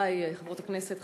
חברותי חברות הכנסת,